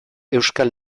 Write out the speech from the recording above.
euskal